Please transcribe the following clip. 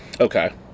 Okay